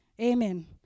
Amen